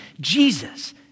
Jesus